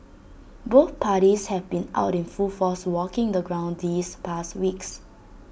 both parties have been out in full force walking the ground these past weeks